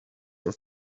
were